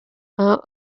are